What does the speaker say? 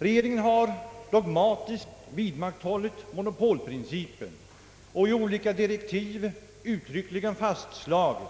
Regeringen har dogmatiskt vidmakthållit monopolprincipen och i alla direktiv uttryckligen fastslagit,